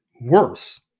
worse